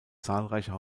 zahlreicher